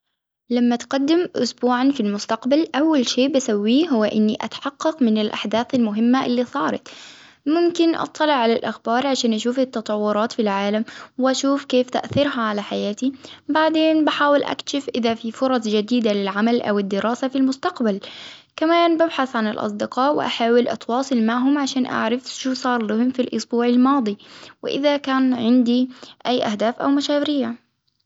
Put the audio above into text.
لما تقدم إسبوعا في المستقبل أول شيء بسويه هو إني أتحقق من الأحداث المهمة اللي صارت، ممكن أطلع على الأخبار عشان أشوف التطورات في العالم ، وأشوف كيف تأثيرها على حياتي، بعدين بحاول أكشف إذا في فرص جديدة للعمل أو الدراسة في المستقبل، كمان ببحث عن الأصدقاء وأحاول أتواصل معهم عشان أعرف شو صار لهم في الإسبوع الماضي، وإذا كان عندي أي أهداف أو مشاريع.